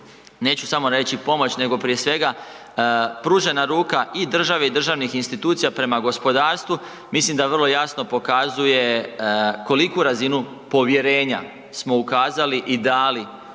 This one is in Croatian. neću samo reći pomoć nego prije svega pružena ruka i države i državnih institucija prema gospodarstvu, mislim da vrlo jasno pokazuje koliku razinu povjerenja smo ukazali i dali